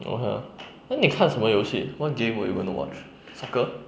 okay ah then 你看什么游戏 what game were you went to watch soccer